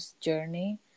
journey